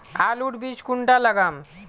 आलूर बीज कुंडा लगाम?